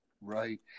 Right